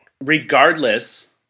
Regardless